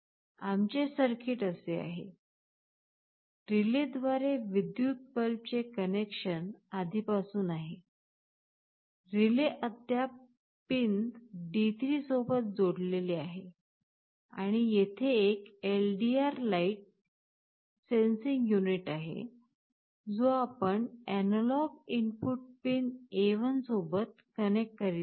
आमचे सर्किट असे आहे रिलेद्वारे विद्युत बल्ब चे कनेक्शन आधीपासून आहे रिले अद्याप पिन D3 सोबत जोडलेले आहे आणि येथे एक एलडीआर लाइट सेन्सिंग युनिट आहे जो आपण एनालॉग इनपुट पिन A1 सोबत कनेक्ट करीत आहोत